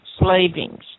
slavings